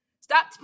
Stop